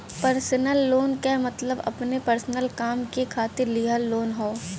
personal loan क मतलब अपने पर्सनल काम के खातिर लिहल लोन हौ